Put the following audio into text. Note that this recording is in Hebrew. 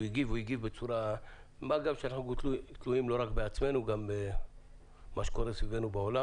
מה גם שאנחנו תלויים גם במה שקורה בעולם.